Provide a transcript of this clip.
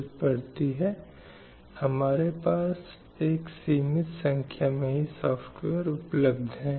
इन अंतरराष्ट्रीय घटनाक्रमों का व्यक्तिगत राष्ट्रों पर प्रभाव पड़ा है